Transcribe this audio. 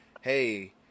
hey